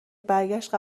برگشت